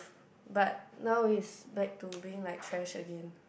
but now is back to being like trash again